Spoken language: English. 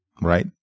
right